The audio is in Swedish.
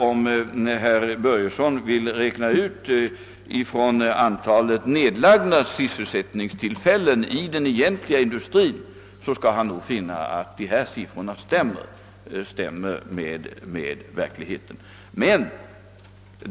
Om herr Börjesson räknar antalet nedlagda sysselsättningstillfällen i den egentliga industrin skall han nog finna att mina siffror stämmer med verkligheten.